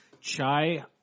Chai